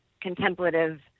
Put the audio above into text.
contemplative